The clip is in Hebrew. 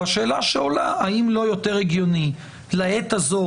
ועולה שאלה: האם לא יותר הגיוני לעת הזו,